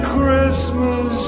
Christmas